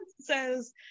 says